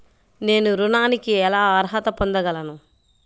నేను ఋణానికి ఎలా అర్హత పొందగలను?